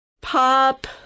pop